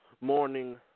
Morning